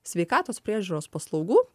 sveikatos priežiūros paslaugų